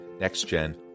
Next-Gen